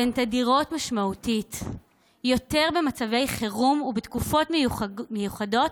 והן תדירות יותר משמעותית במצבי חירום ובתקופות מיוחדות,